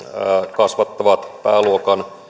kasvattavat pääluokan